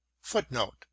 footnote